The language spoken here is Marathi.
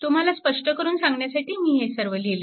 तुम्हाला स्पष्ट करून सांगण्यासाठी मी हे सर्व लिहिले